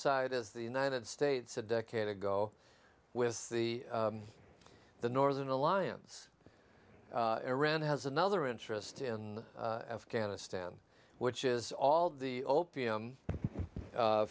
side as the united states a decade ago with the the northern alliance iran has another interest in afghanistan which is all the opium